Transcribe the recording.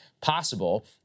possible